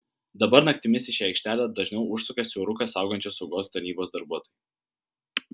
dabar naktimis į šią aikštelę dažniau užsuka siauruką saugančios saugos tarnybos darbuotojai